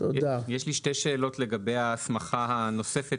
יש לי שתי שאלות לגבי ההסמכה הנוספת